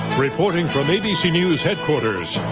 reporting from abc news headquarters,